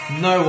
no